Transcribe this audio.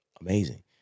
amazing